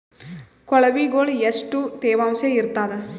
ಕೊಳವಿಗೊಳ ಎಷ್ಟು ತೇವಾಂಶ ಇರ್ತಾದ?